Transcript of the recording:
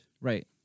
Right